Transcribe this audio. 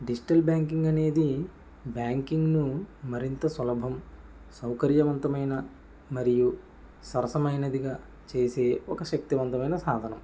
digital banking అనేది banking ను మరింత సులభం సౌకర్యవంతమయిన మరియు సరసమైనదిగా చేసే ఒక శక్తివంతమయిన సాధనం